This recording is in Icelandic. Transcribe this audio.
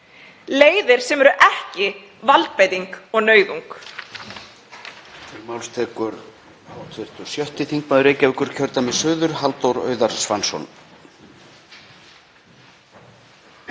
leiðir sem eru ekki valdbeiting og nauðung.